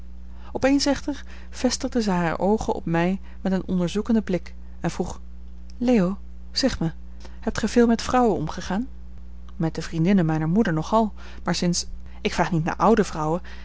eens echter vestigde zij hare oogen op mij met een onderzoekenden blik en vroeg leo zeg mij hebt gij veel met vrouwen omgegaan met de vriendinnen mijner moeder nogal maar sinds ik vraag niet naar oude vrouwen